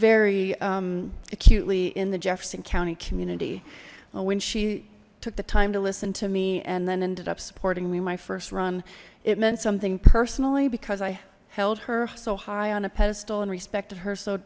very acutely in the jefferson county community when she took the time to listen to me and then ended up supporting me my first run it meant something personally because i held her so high on a pedestal and respected her so